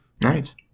Nice